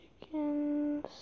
chickens